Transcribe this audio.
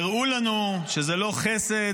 הראו לנו שזה לא חסד,